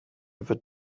wird